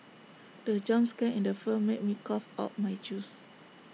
the jump scare in the film made me cough out my juice